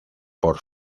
por